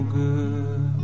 good